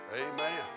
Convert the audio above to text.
Amen